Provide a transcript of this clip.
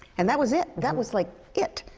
and that was it. that was, like, it.